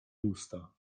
usta